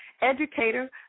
educator